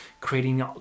creating